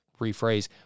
rephrase